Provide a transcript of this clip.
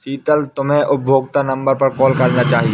शीतल, तुम्हे उपभोक्ता नंबर पर कॉल करना चाहिए